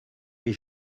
les